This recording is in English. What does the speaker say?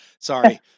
Sorry